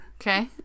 Okay